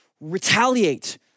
retaliate